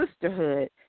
sisterhood